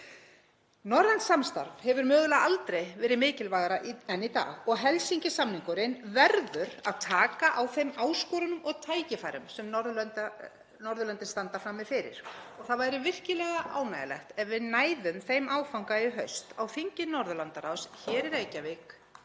Norrænt samstarf hefur mögulega aldrei verið mikilvægara en í dag. Helsinki-samningurinn verður að taka á þeim áskorunum og tækifærum sem Norðurlöndin standa frammi fyrir og það væri virkilega ánægjulegt ef við næðum þeim áfanga í haust á þingi Norðurlandaráðs hér í Reykjavík